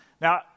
Now